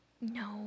No